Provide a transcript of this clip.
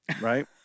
Right